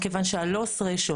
מכיוון שה-"לוס רשיו",